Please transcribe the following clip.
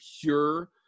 pure